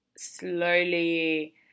slowly